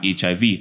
hiv